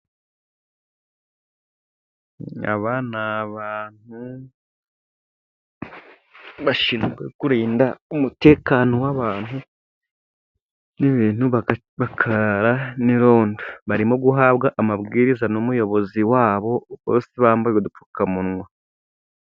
Aba ni abantu bashinzwe kurinda umutekano w'abantu n'ibintu bakarara n'irondo. Barimo guhabwa amabwiriza n'umuyobozi wabo bose bambaye udupfukamunwa.